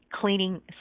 cleaning